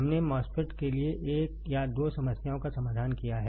हमने MOSFET के लिए एक या दो समस्याओं का समाधान किया है